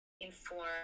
inform